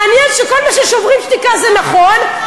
מעניין שכל מה ש"שוברים שתיקה" אומרים זה נכון,